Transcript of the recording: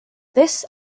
this